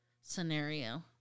scenario